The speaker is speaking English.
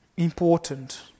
Important